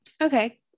Okay